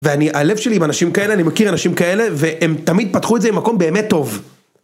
ואני, הלב שלי עם אנשים כאלה, אני מכיר אנשים כאלה, והם תמיד פתחו את זה ממקום באמת טוב.